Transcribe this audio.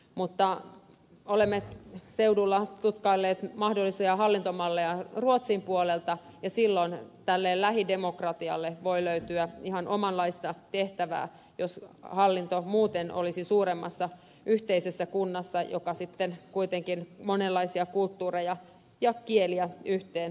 mutta olemme seudulla tutkailleet mahdollisia hallintomalleja ruotsin puolelta ja silloin tälle lähidemokratialle voi löytyä ihan omanlaista tehtävää jos hallinto muuten olisi suuremmassa yhteisessä kunnassa joka sitten kuitenkin monenlaisia kulttuureja ja kieliä yhteen kokoaisi